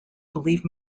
believe